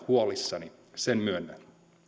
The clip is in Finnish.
huolissani sen myönnän